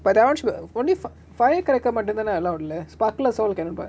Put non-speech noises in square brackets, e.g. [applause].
but that one [noise] only fa~ firecracker மட்டுதான:mattuthana allowed lah sparklers all cannot buy